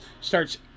Starts